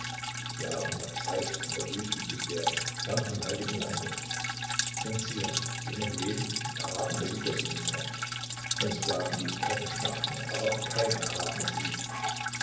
wir haben noch zeit in der wüste zu sterben fern vom heiligen lande von zion wo man leben und erhabene lieder singen kann von sklaven die in ketten schmachten erwarte kein erhab'nes lied